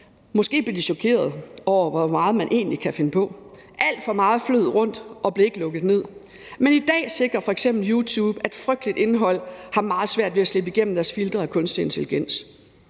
Måske blev de chokerede over, hvor meget man egentlig kan finde på. Alt for meget flød rundt og blev ikke lukket ned. Men i dag sikrer f. eks. YouTube, at frygteligt indhold har meget svært ved at slippe igennem deres filtre og kunstige intelligens.